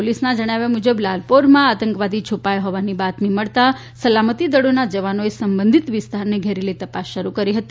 પોલીસનાં જણાવ્યા મુજબ લાલપોરમાં આતંકવાદી છુપાયાં હોવાની બાતમી મળતાં સલામતી દળોનાં જવાનોએ સંબંધીત વિસ્તારને ઘેરી લઈને તપાસ શરૂ કરી હતી